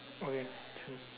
okay